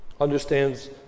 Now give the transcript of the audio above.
understands